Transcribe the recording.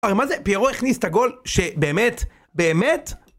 אה מה זה? פיירוי הכניס את הגול? שבאמת? באמת?